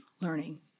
learning